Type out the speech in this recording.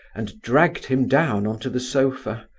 and dragged him down on to the sofa.